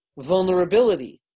vulnerability